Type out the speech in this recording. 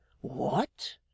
What